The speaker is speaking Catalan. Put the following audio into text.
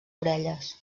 orelles